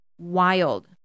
wild